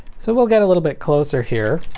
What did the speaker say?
so we'll get a little bit closer here.